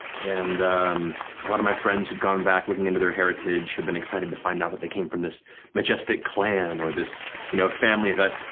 and a lot of my friends who had gone back looking into their heritage have been excited to find out that they came from this majestic clan or this you know family that,